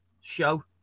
show